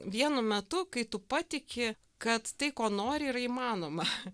vienu metu kai tu patiki kad tai ko nori yra įmanoma